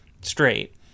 straight